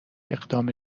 اقدام